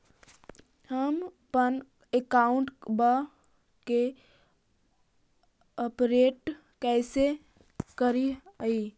हमपन अकाउंट वा के अपडेट कैसै करिअई?